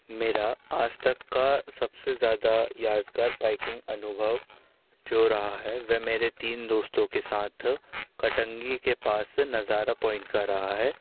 मेरा आज तक का सबसे ज्यादा यादगार बाईकिंग अनुभव जो रहा है वह मेरे तीन दोस्तों के साथ कटंगी के पास नज़ारा पॉइंट का रहा है